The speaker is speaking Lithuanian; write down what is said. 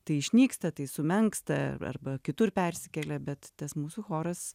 tai išnyksta tai sumenksta arba kitur persikelia bet tas mūsų choras